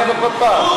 אני אבוא כל פעם.